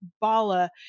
BALA